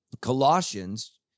Colossians